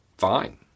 Fine